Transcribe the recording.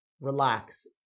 relax